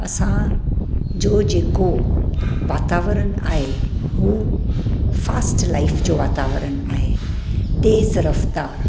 असांजो जेको वातावरणु आहे उहो फास्ट लाइफ़ जो वातावरणु आहे तेज़ रफ़्तार